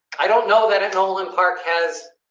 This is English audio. i don't know that at all. and park has,